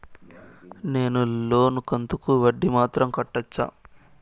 నేను లోను కంతుకు వడ్డీ మాత్రం కట్టొచ్చా?